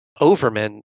Overman